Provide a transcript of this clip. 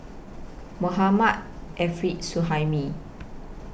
Mohammad Arif Suhaimi